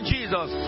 Jesus